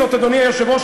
כל פעם תקופת זמן קצרה.